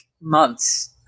months